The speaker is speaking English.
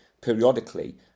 periodically